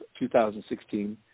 2016